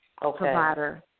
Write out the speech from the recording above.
provider